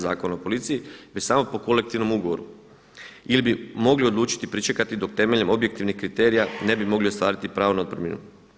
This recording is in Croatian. Zakona o policiji već samo po kolektivnom ugovoru ili bi mogli odlučiti i pričekati dok temeljem objektivnih kriterija ne bi mogli ostvariti pravo na otpremninu.